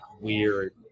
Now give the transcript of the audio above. weird